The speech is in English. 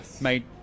made